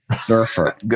Surfer